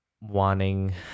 wanting